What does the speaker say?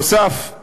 נוסף על כך